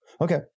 okay